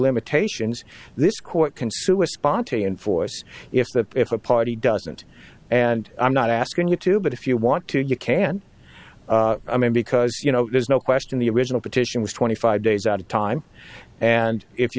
limitations this court can sue a sponte and force if that if a party doesn't and i'm not asking you to but if you want to you can i mean because you know there's no question the original petition was twenty five days out of time and if you